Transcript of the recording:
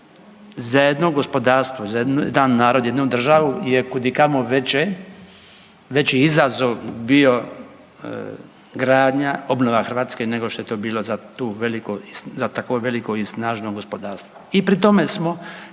za jedno gospodarstvo, za jedan narod, jednu državu je kud i kamo veće, veći izazov bio gradnja, obnova Hrvatske nego što je to bilo za tu veliku, za tako veliko i snažno gospodarstvo.